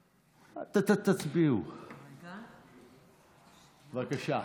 תצביעו, בבקשה.